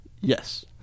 Yes